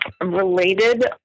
related